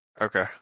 Okay